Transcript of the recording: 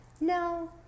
no